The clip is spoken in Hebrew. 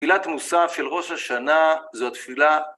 תפילת מוסף של ראש השנה, זו תפילה